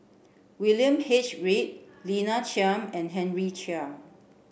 William H Read Lina Chiam and Henry Chia